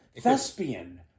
Thespian